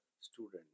student